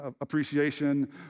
appreciation